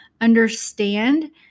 understand